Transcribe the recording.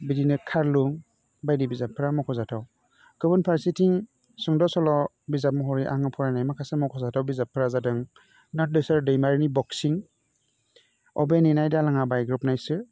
बिदिनो खारलुं बायदि बिजाबफ्रा मख'जाथाव गुबुन फारसेथिं सुंद' सल' बिजाब महरै आङो फरायनाय माखासे मख'जाथाव बिजाबफोरा जादों नन्देसर दैमारिनि बक्सिं अबे नेनाय दालाङा बायग्रबनायसो